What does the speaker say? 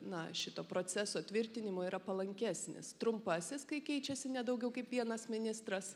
na šito proceso tvirtinimo yra palankesnis trumpasis kai keičiasi ne daugiau kaip vienas ministras